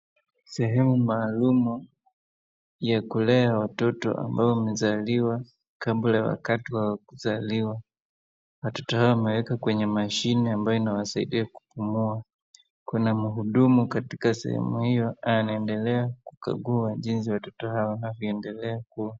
Sehemu maalum ya kulea watoto ambao wamezaliwa kabla ya wakati wao kuzaliwa. Watoto hawa wamewekwa kwenye mashine ambayo inawasaidia kupumua. Kuna mhudumu katika sehemu hiyo anaendela kukagua jinsi watoto hao wanavyoendela kuwa.